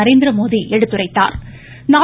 நரேந்திரமோடி எடுத்துரைத்தாா்